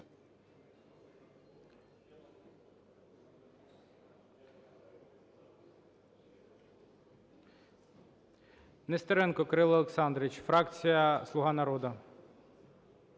Нестеренко Кирило Олександрович, фракція ""Слуга народу".